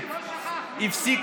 אנא תירגעו.